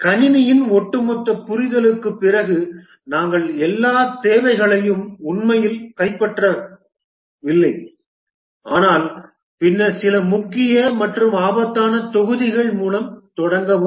கணினியின் ஒட்டுமொத்த புரிதலுக்குப் பிறகு நாங்கள் எல்லா தேவைகளையும் உண்மையில் கைப்பற்றவில்லை ஆனால் பின்னர் சில முக்கிய அல்லது ஆபத்தான தொகுதிகள் மூலம் தொடங்கவும்